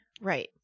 Right